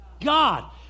God